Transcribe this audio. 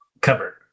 cover